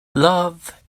love